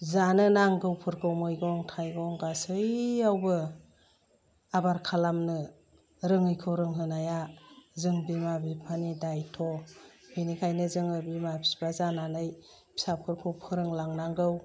जानो नांगौफोरखौ मैगं थाइगं गासैयावबो आबार खालामनो रोङैखौ रोंहोनाया जों बिमा बिफानि दायथ' बेनिखायनो जोङो बिमा बिफा जानानै फिसाफोरखौ फोरोंलांनांगौ